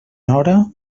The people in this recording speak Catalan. nora